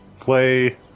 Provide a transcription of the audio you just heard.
play